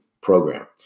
program